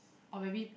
or maybe